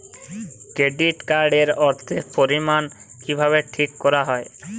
Credit card এর অর্থের পরিমান কিভাবে ঠিক করা হয়?